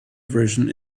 version